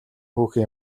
хүүхэн